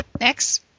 Next